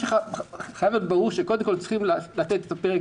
חייב להיות ברור שקודם כול צריך לתת פרק